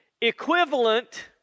equivalent